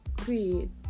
create